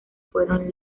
fueron